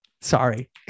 Sorry